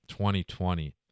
2020